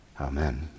Amen